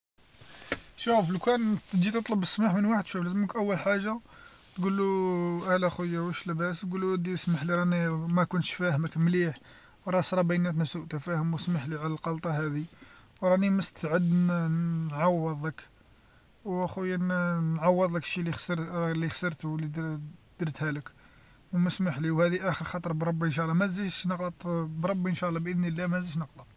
شوف لو كان جيت تطلب السماح من واحد، شوف لازملك أول حاجه تقولو أهلا خويا واش لاباس، قولو اودي سمحلي راني ما كنتش فاهمك مليح ، وراه صرى بيناتنا سوء تفاهم وسمح لي على الغلطه هادي، وراني مستعد نعوضك، وخويا ن-نعوض داكشي اللي خسر لي خسرتو لي درتها لك، وسمح لي وهادي آخر خطره بربي إن شاء الله ما نزيدش تغلط بربي إن شاء الله بإذن الله ما نزيدش نغلط.